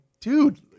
dude